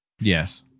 Yes